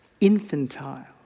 infantile